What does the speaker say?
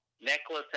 Necklace